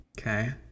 Okay